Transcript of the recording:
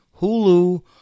Hulu